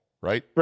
right